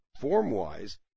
form-wise